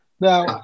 Now